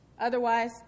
Otherwise